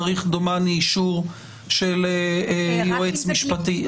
צריך דומני אישור של יועץ משפטי.